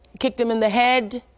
kicked him in the head,